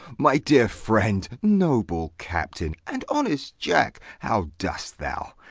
my dear friend, noble captain, and honest jack, how do'st thou?